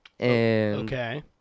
Okay